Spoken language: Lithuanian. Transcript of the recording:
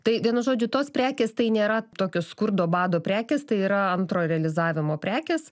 tai vienu žodžiu tos prekės tai nėra tokios skurdo bado prekės tai yra antro realizavimo prekės